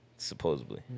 supposedly